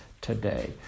today